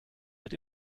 wird